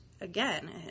again